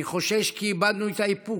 אני חושש כי איבדנו את האיפוק,